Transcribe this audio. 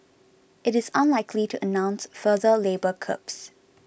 it is unlikely to announce further labour curbs